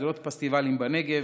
שדרת הפסטיבלים בנגב,